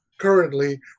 Currently